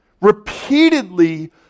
repeatedly